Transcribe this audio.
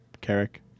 Carrick